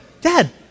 Dad